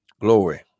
Glory